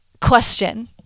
question